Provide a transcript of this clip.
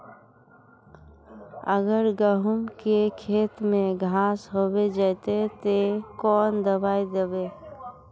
अगर गहुम के खेत में घांस होबे जयते ते कौन दबाई दबे?